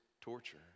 torture